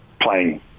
playing